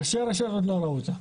ראשי הרשויות עוד לא ראו את זה.